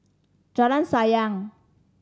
Jalan Sayang